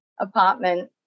apartment